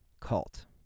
cult